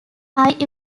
highly